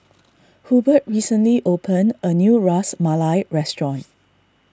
Hubert recently opened a new Ras Malai restaurant